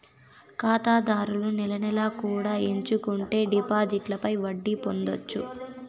ఖాతాదారులు నెల నెలా కూడా ఎంచుకుంటే డిపాజిట్లపై వడ్డీ పొందొచ్చు